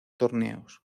torneos